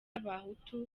abahutu